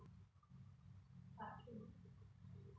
part two